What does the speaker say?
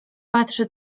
patrzy